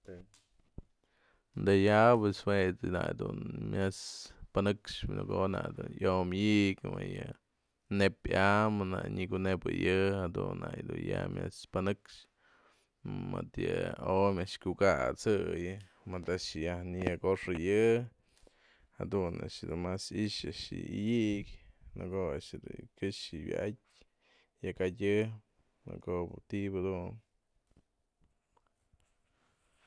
da'a ya'apë jue dun a'ax mas pyanëxpy nëko'o na'a dun yo'om ëyëgyën mëyë ne'ip ambë, nyakunepëyijë jadun na'ak ya'a mas pyanëxpy mëdë yë o'omÿ a'ax kyukasëyën mëdë a'ax nyaj në'nëgoxëyë jadun a'ax mas i'ix yë yayë'ëk nëko'o a'ax dun këxë wya'aty yëgatyë nëko'oba ti'iba dun.